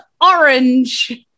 orange